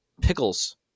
Pickles